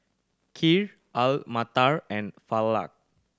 Kheer Alu Matar and Falafel